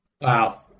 Wow